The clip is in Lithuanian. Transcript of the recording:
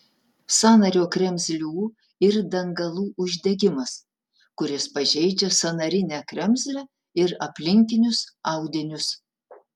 sąnario kremzlių ir dangalų uždegimas kuris pažeidžia sąnarinę kremzlę ir aplinkinius audinius